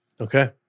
Okay